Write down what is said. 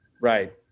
right